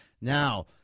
Now